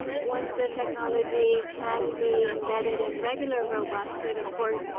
once the technology can be embedded in regular robots, it, of course,